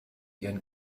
ihren